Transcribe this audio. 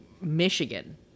Michigan